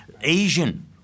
Asian